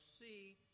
see